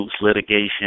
litigation